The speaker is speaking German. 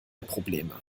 probleme